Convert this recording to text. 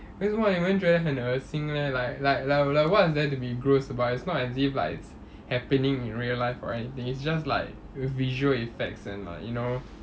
为什么你们觉得很恶心 leh like like like like what is there to be grossed about it's not as if it's like happening in real life or anything it's just like visual effects and like you know